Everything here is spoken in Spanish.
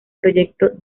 proyecto